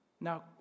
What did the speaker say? Now